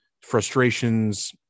frustrations